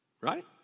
right